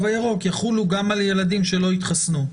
הירוק יחולו גם על ילדים שלא התחסנו.